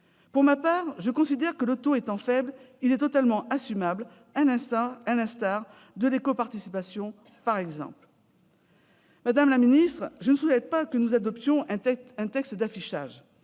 Pour ma part, je considère que, le taux étant faible, il peut totalement être assumé, à l'instar de l'éco-participation, par exemple. Madame la secrétaire d'État, je ne souhaite pas que nous adoptions un simple texte d'affichage.